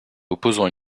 opposant